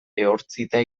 ehortzita